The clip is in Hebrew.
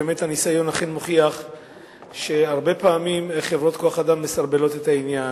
על זה שהניסיון אכן מוכיח שהרבה פעמים חברות כוח-אדם מסרבלות את העניין,